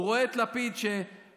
הוא רואה את לפיד שאמר,